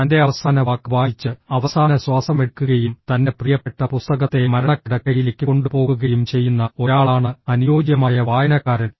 തന്റെ അവസാന വാക്ക് വായിച്ച് അവസാന ശ്വാസം എടുക്കുകയും തന്റെ പ്രിയപ്പെട്ട പുസ്തകത്തെ മരണക്കിടക്കയിലേക്ക് കൊണ്ടുപോകുകയും ചെയ്യുന്ന ഒരാളാണ് അനുയോജ്യമായ വായനക്കാരൻ